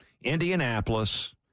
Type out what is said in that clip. Indianapolis